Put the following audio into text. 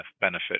benefit